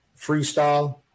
freestyle